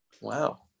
Wow